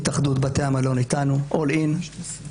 התאחדות בתי המלון איתנו all in.